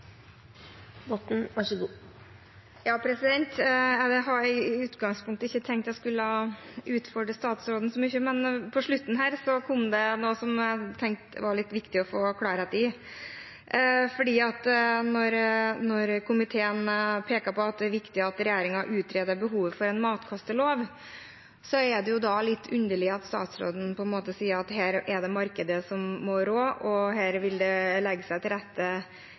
Jeg hadde i utgangspunktet ikke tenkt jeg skulle utfordre statsråden så mye, men på slutten av innlegget kom det noe som jeg tenkte det var viktig å få klarhet i. Når komiteen peker på at det er viktig at regjeringen utreder behovet for en matkastelov, er det litt underlig at statsråden på en måte sier at her er det markedet som må råde, og det vil skje av seg selv. Det jeg ønsker å få svar på, er hvordan statsråden egentlig har tenkt å forholde seg til